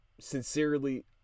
sincerely